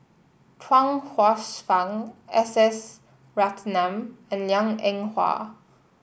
Chuang Hsueh Fang S S Ratnam and Liang Eng Hwa